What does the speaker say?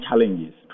challenges